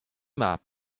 mab